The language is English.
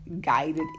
guided